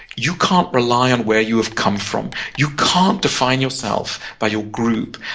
you can't rely on where you have come from. you can't define yourself by your group,